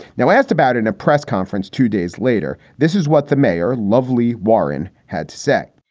now, i asked about in a press conference two days later, this is what the mayor, lovely warren, had to say,